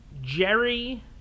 Jerry